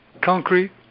concrete